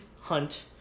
hunt